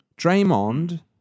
Draymond